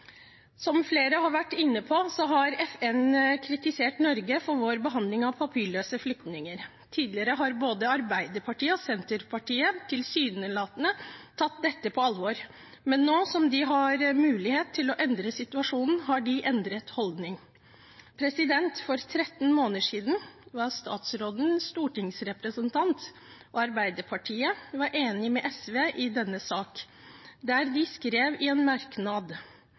Som flere har vært inne på, har FN kritisert Norge for vår behandling av papirløse flyktninger. Tidligere har både Arbeiderpartiet og Senterpartiet tilsynelatende tatt dette på alvor, men nå som de har mulighet til å endre situasjonen, har de endret holdning. For 13 måneder siden var statsråden stortingsrepresentant, og Arbeiderpartiet var enig med SV i denne saken. Da skrev de i en merknad: